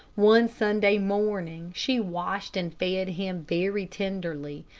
one sunday morning she washed and fed him very tenderly,